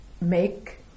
make